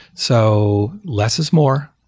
so less is more.